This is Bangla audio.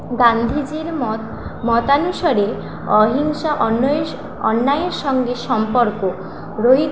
গান্ধীজির মত মতানুসারে অহিংসা অন্যয়েস অন্যায়ের সঙ্গে সম্পর্ক রহিত